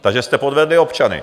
Takže jste podvedli občany.